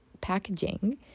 packaging